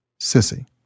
Sissy